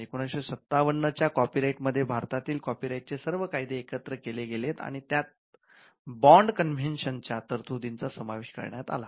१९५७ च्या copyright मध्ये भारतातील कॉपी राईटचे सर्व कायदे एकत्र केले गेलेत आणि त्यात बॉन्ड कन्व्हेन्शनच्या तरतुदींचा समावेश करण्यात आला